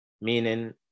meaning